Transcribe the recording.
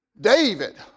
David